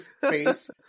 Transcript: face